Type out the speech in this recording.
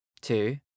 Two